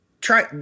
try